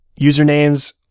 usernames